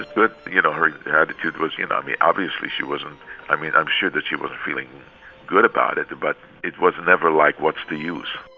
good. you know, her attitude was you know, i mean, obviously, she wasn't i mean, i'm sure that she was feeling good about it. but it was never like, what's the use?